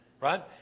right